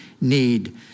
need